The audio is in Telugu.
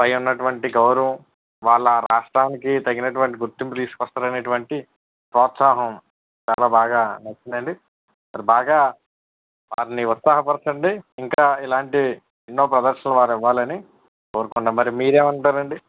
పై ఉన్నటువంటి గౌరవం వాళ్ళ రాష్ట్రానికి తగినటువంటి గుర్తింపు తీసుకొస్తారు అనేటువంటి ప్రోత్సాహం చాలా బాగా నచ్చిందండి మరి బాగా వారిని ఉత్సాహపరచండి ఇంకా ఇలాంటి ఎన్నో ప్రదర్శనలు వారు ఇవ్వాలని కోరుకుంటున్నా మరి మీరేమి అంటారండి